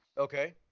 Okay